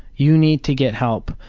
you need to get help.